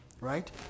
right